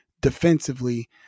defensively